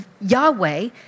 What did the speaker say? Yahweh